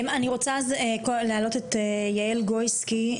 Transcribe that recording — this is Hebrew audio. אני רוצה להעלות את יעל גויסקי,